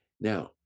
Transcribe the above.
Now